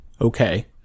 Okay